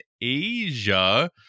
Asia